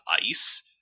ice